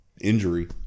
injury